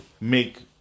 make